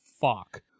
fuck